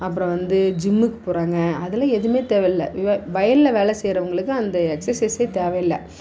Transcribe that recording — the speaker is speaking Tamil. அப்புறம் வந்து ஜிம்முக்கு போகிறாங்க அதெல்லாம் எதுவுமே தேவையில்லை வ வயலில் வேலை செய்கிறவங்களுக்கு அந்த எக்ஸசைஸே தேவையில்லை